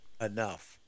enough